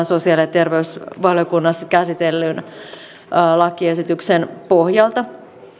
sosiaali ja terveysvaliokunnassa käsitellyn lakiesityksen pohjalta